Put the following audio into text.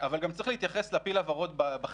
אבל גם צריך להתייחס לפיל הוורוד בחדר,